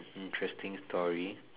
interesting story